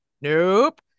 Nope